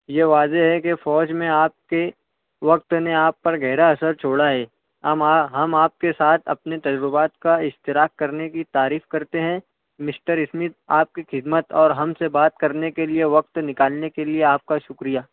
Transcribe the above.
یہ واضح ہے کہ فوج میں آپ کے وقت نے آپ پر گہرا اثر چھوڑا ہے ہم آپ کے ساتھ اپنے تجربات کا اشتراک کرنے کی تعریف کرتے ہیں مسٹر اسمتھ آپ کی خدمت اور ہم سے بات کرنے کے لیے وقت نکالنے کے لیے آپ کا شکریہ